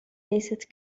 ليست